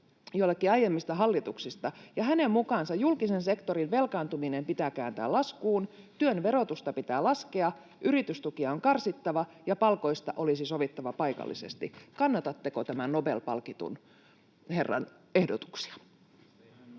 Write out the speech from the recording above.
jollekin aiemmista hallituksista. Hänen mukaansa julkisen sektorin velkaantuminen pitää kääntää laskuun, työn verotusta pitää laskea, yritystukia on karsittava ja palkoista olisi sovittava paikallisesti. Kannatatteko tämän Nobel-palkitun herran ehdotuksia?